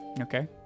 okay